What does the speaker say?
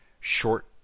short